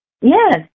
Yes